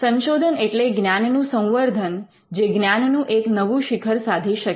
સંશોધન એટલે જ્ઞાનનું સંવર્ધન જે જ્ઞાનનું એક નવું શિખર સાધી શકે